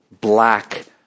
black